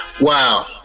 Wow